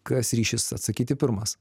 kas ryšis atsakyti pirmas